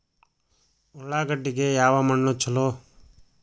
ಉಳ್ಳಾಗಡ್ಡಿಗೆ ಯಾವ ಮಣ್ಣು ಛಲೋ?